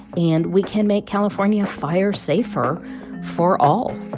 and we can make california fire-safer for all